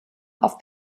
auf